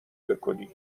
بکنی